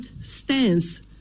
stance